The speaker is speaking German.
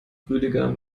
rüdiger